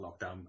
lockdown